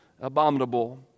abominable